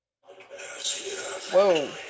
Whoa